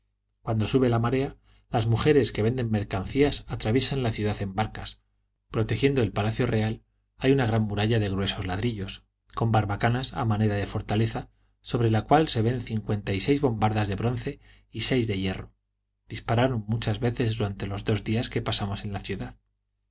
cuando sube la marea las mujeres que venden mercancías atraviesan la ciudad en barcas protegiendo el palacio real hay una gran muralla de gruesos ladrillos con barbacanas a manera de fortaleza sobre la cual se ven cincuenta y seis bombardas de bronce y seis de hierro dispararon muchas veces durante los dos días que pasamos en la ciudad